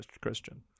christian